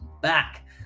back